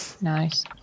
Nice